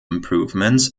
improvements